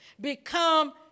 Become